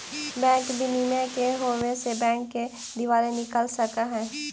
bank विनियम के न होवे से बैंक के दिवालिया निकल सकऽ हइ